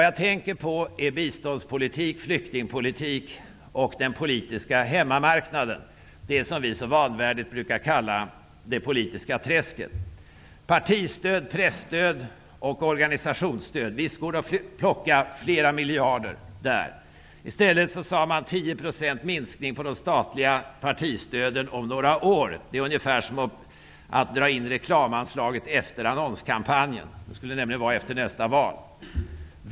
Jag tänker naturligtvis på biståndspolitik, flyktingpolitik och den politiska hemmamarknaden, som vi så vanvördigt brukar kalla det politiska träsket: partistöd, presstöd och organisationsstöd -- visst går det att plocka flera miljarder där! I stället sade man: 10 % minskning av de statliga partistöden om några år. Det är ungefär som att dra in reklamanslaget efter annonskampanjen -- det blir nämligen efter nästa val.